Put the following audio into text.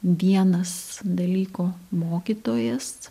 vienas dalyko mokytojas